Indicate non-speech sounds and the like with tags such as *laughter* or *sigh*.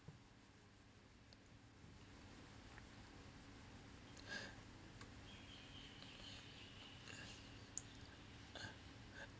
*breath* *noise*